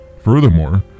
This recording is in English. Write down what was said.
Furthermore